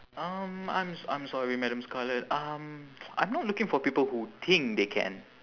um I'm s~ I'm sorry madam scarlet um I'm not looking for people who think they can